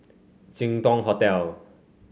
Jin Dong Hotel